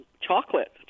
Chocolate